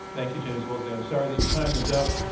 thank you, james woolsey. i'm sorry that your time is up.